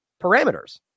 parameters